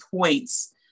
points